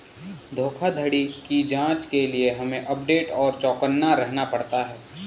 धोखाधड़ी की जांच के लिए हमे अपडेट और चौकन्ना रहना पड़ता है